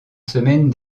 semaine